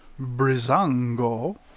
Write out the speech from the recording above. Brizango